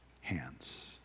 hands